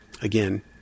Again